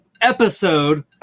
episode